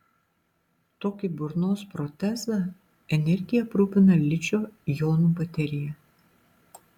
tokį burnos protezą energija aprūpina ličio jonų baterija